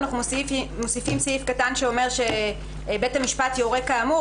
אנחנו מוסיפים סעיף קטן שאומר שבית המשפט יורה כאמור,